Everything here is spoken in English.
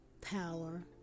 power